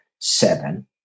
seven